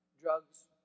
Drugs